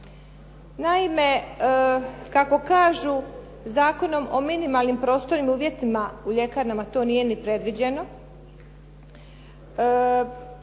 Naime, kako kažu zakonom o minimalnim prostornim uvjetima u ljekarnama to nije ni predviđeno.